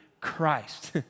Christ